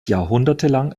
jahrhundertelang